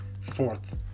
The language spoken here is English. Fourth